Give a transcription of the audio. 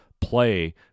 play